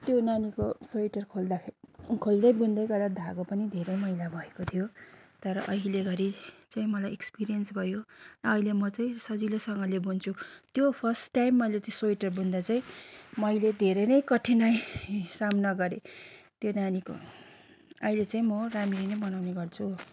त्यो नानीको स्वेटर खोल्दाखेरि खोल्दै बुन्दै गर्दा धागो पनि धेरै मैला भएको थियो तर अहिलेघरि चाहिँ मलाई एक्सपिरियन्स भयो अहिले म चाहिँ सजिलोसँगले बुन्छु त्यो फर्स्ट टाइम मैले त्यो स्वेटर बुन्दा चाहिँ मैले धेरै नै कठिनाई सामना गरे त्यो नानीको अहिले चाहिँ म राम्ररी नै बनाउने गर्छु